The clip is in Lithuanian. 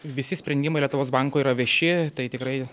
visi sprendimai lietuvos banko yra vieši tai tikrai